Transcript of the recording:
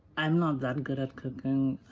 i'm not that good at cooking,